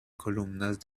columnas